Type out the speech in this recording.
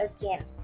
again